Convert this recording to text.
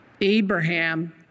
Abraham